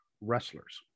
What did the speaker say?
wrestlers